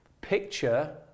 picture